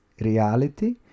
reality